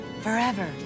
Forever